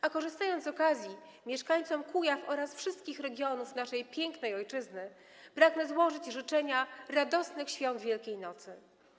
A korzystając z okazji, mieszkańcom Kujaw oraz wszystkich regionów naszej pięknej ojczyzny pragnę złożyć życzenia radosnych świąt Wielkiej Nocy.